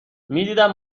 میدیدم